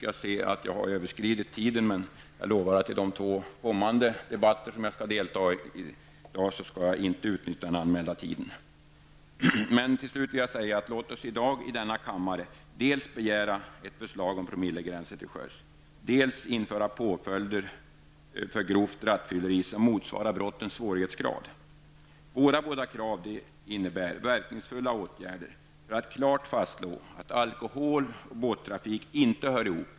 Jag ser att jag har överskridit min taletid, men jag lovar att jag i de två kommande debatterna inte skall utnyttja den anmälda taletiden. Till slut vill jag säga föjande. Låt oss i dag i denna kammare dels begära ett förslag om promilleregler till sjöss, dels införa påföljder för grovt sjöfylleri som motsvarar brottens svårighetsgrad. Våra båda krav innebär verkningsfulla åtgärder för att klart fastslå att alkohol och båttrafik inte hör ihop.